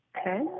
Okay